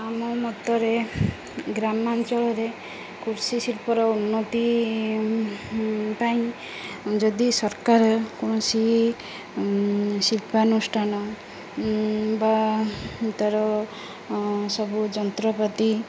ଆମ ମତରେ ଗ୍ରାମାଞ୍ଚଳରେ କୃଷି ଶିଳ୍ପର ଉନ୍ନତି ପାଇଁ ଯଦି ସରକାର କୌଣସି ଶିଳ୍ପାନୁଷ୍ଠାନ ବା ତାର ସବୁ ଯନ୍ତ୍ରପାତି